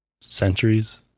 centuries